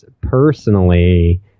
personally